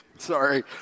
Sorry